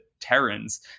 Terrans